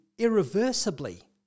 irreversibly